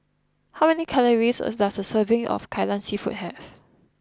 how many calories does a serving of Kai Lan seafood have